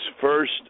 first